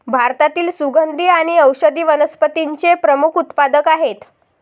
भारतातील सुगंधी आणि औषधी वनस्पतींचे प्रमुख उत्पादक आहेत